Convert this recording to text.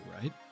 right